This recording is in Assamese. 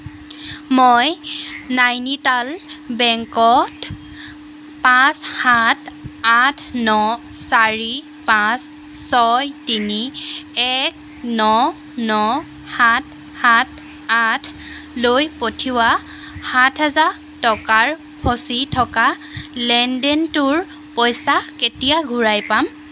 মই নাইনিটাল বেংকত পাঁচ সাত আঠ ন চাৰি পাঁচ ছয় তিনি এক ন ন সাত সাত আঠলৈ পঠিওৱা সাত হেজাৰ টকাৰ ফচি থকা লেনদেনটোৰ পইচা কেতিয়া ঘূৰাই পাম